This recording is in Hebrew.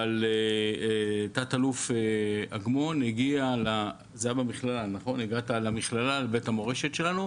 הוא הגיע למכללה, לבית המורשת שלנו,